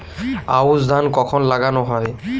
আউশ ধান কখন লাগানো হয়?